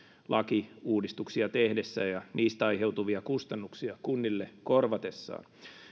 lakiuudistuksia tehdessään ja niistä aiheutuvia kustannuksia kunnille korvatessaan